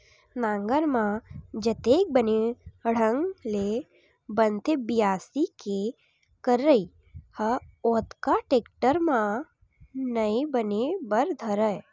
नांगर म जतेक बने ढंग ले बनथे बियासी के करई ह ओतका टेक्टर म नइ बने बर धरय